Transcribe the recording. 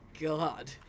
god